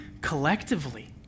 collectively